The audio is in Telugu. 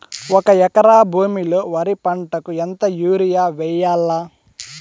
ఒక ఎకరా భూమిలో వరి పంటకు ఎంత యూరియ వేయల్లా?